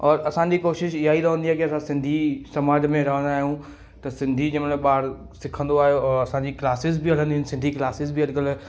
और असांजी कोशिश ईअं ई रहंदी आहे कि असां सिंधी समाज में रहंदा आहियूं त सिंधी जंहिंमहिल ॿार सिखंदो आहे और असांजी क्लासिस बि हलंदियूं आहिनि सिंधी क्लासिस बि अॼुकल्ह